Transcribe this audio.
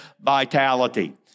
vitality